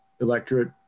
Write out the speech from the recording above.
electorate